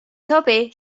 sobi